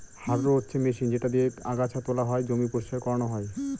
harrow হচ্ছে machine যেটা দিয়েক আগাছা তোলা হয়, জমি পরিষ্কার করানো হয়